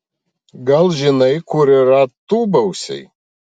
gal žinai kur yra tūbausiai